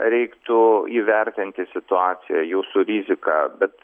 reiktų įvertinti situaciją jūsų riziką bet